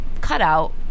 cutout